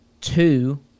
two